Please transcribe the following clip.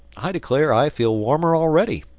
i declare i feel warmer already.